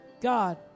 God